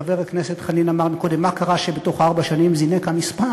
חבר הכנסת חנין אמר קודם: מה קרה שבתוך ארבע שנים זינק המספר?